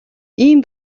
ийм